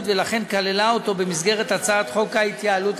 ולכן כללה אותו במסגרת הצעת חוק ההתייעלות,